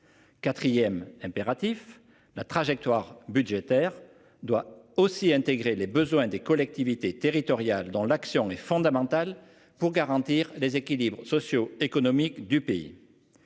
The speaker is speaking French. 4ème impératif la trajectoire budgétaire doit aussi intégrer les besoins des collectivités territoriales dans l'action est fondamentale pour garantir équilibres socio-économique du pays.